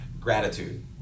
gratitude